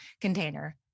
container